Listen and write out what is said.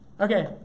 Okay